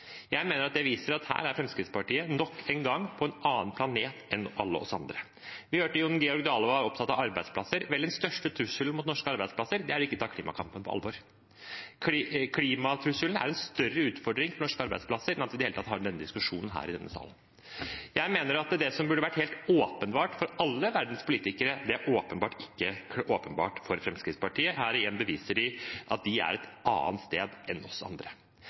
Jeg mener at det viser at her er Fremskrittspartiet nok en gang på en annen planet enn alle oss andre. Vi hørte at representanten Jon Georg Dale var opptatt av arbeidsplasser. Vel, den største trusselen mot norske arbeidsplasser er å ikke ta klimakampen på alvor. Klimatrusselen er en større utfordring for norske arbeidsplasser enn at vi i det hele tatt har denne diskusjonen her i denne salen. Jeg mener at det som burde vært helt åpenbart for alle verdens politikere, er åpenbart ikke åpenbart for Fremskrittspartiet. Her beviser de igjen at de er et annet sted enn oss andre.